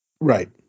Right